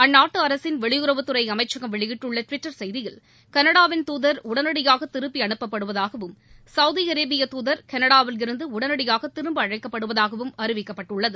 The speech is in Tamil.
அந்நாட்டு அரசின் வெளியுறவுத்துறை அமைச்சகம் வெளியிட்டுள்ள டுவிட்டர் செய்தியில் கனடாவின் தூதர் உடனடியாக திருப்பி அனுப்பப்படுவதாகவும் சௌதி அரேபிய தூதர் கனடாவில் இருந்து உடனடியாக திரும்ப அழைக்கப்படுவதாகவும் அறிவிக்கப்பட்டுள்ளது